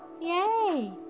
Yay